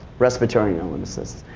respiratory illnesses.